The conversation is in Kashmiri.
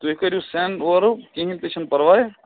تُہۍ کٔرِو سیٚنٛڈ اور کِہیٖنۍ تہِ چھُنہٕ پَرواے